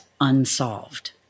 unsolved